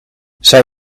zij